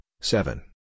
seven